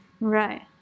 Right